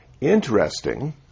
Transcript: interesting